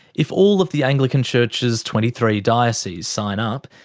if all of the anglican church's twenty three dioceses sign up,